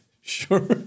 Sure